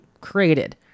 created